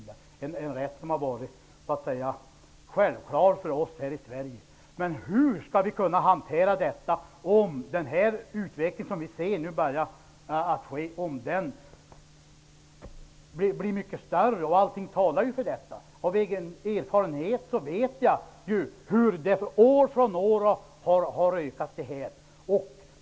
Den rätten har varit självklar för oss här i Hur skall vi kunna hantera detta, om den utveckling som vi nu ser fortsätter? Allt talar ju för det. Av egen erfarenhet vet jag att sådan här verksamhet har ökat från år till år.